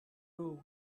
road